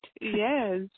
Yes